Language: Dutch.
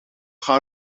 gaan